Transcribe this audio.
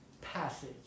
passage